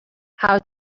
how